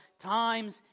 times